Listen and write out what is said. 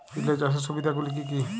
Relay চাষের সুবিধা গুলি কি কি?